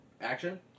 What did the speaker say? action